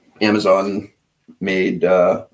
Amazon-made